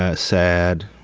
ah sad,